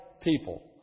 people